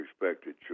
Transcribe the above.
respected